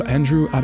Andrew